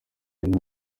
nta